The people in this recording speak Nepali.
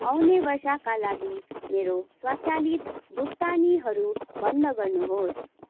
आउने वर्षका लागि मेरो स्वचालित भुक्तानीहरू बन्द गर्नुहोस्